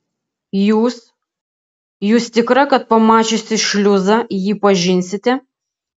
jūs jūs tikra kad pamačiusi šliuzą jį pažinsite